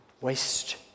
waste